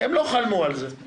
הם לא חלמו על זה,